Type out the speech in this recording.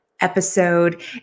episode